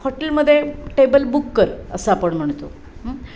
हॉटेलमध्ये table book कर असं आपण म्हणतो